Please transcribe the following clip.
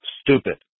stupid